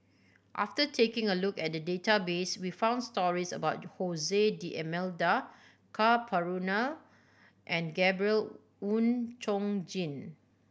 after taking a look at the database we found stories about D'Almeida Ka Perumal and Gabriel Oon Chong Jin